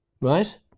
Right